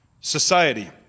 society